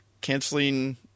canceling